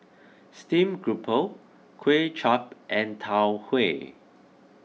Steamed Grouper Kuay Chap and Tau Huay